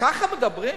כך מדברים?